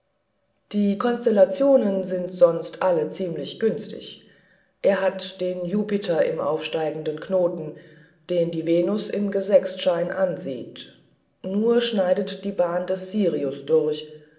die konstellationen sind sonst alle ziemlich günstig er hat den jupiter im aufsteigenden knoten den die venus im gesechstschein ansiehet nur schneidet die bahn des sirius durch